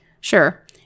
Sure